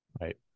right